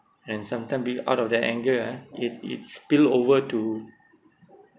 and sometime be out of that anger ah it it spill over to